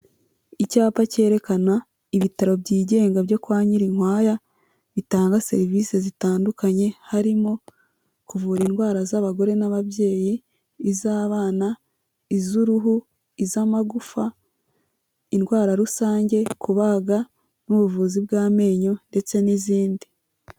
Icyapa cyerekana ibitaro byigenga byo kwa Nyirinkwaya bitanga serivisi zitandukanye, harimo kuvura indwara z'abagore n'ababyeyi, iz'abana, iz'uruhu, iz'amagufa, indwara rusange, kubaga n'ubuvuzi bw'amenyo ndetse n'izindi.